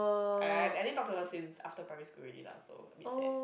I I I didn't talk to her since after primary school already lah so a bit sad